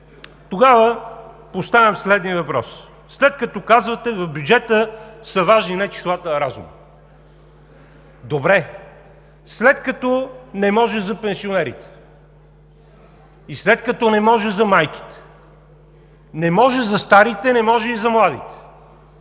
тогава поставям следния въпрос, след като казвате, че в бюджета са важни не числата, а разумът: добре, след като не може за пенсионерите и след като не може за майките, не може за старите, не може и за младите,